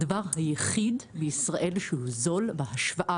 הדבר היחיד בישראל שהוא זול בהשוואה